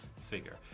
figure